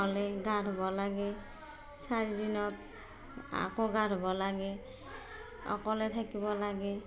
হ'লেই গা ধুব লাগে চাৰি দিনত আকৌ গা ধুব লাগে অকলে থাকিব লাগে